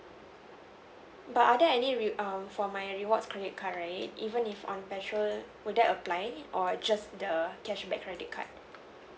but are there any re~ err for my rewards credit card right even if on petrol would that applying or just the cashback credit card